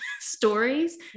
stories